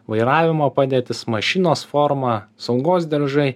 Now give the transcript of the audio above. vairavimo padėtis mašinos forma saugos diržai